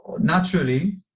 naturally